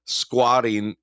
squatting